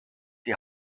die